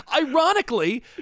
Ironically